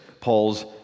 Paul's